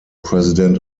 president